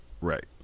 Right